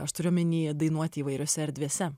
aš turiu omenyje dainuoti įvairiose erdvėse